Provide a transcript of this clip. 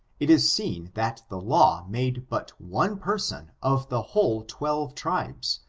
it is seen that the law made but one person of the whole twelve tribes,